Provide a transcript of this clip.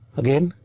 again,